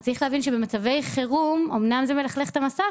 אבל צריך להבין שבמצבי חירום אומנם זה מלכלך את המסך,